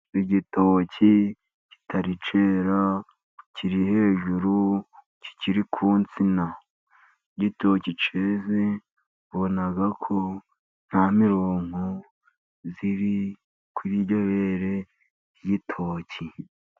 Igitoki kitari kera kiri hejuru, kikiri ku nsina. Iyo igitoki keze ubona ko nta mirunko iri kuri iryo bere ry'igitoki.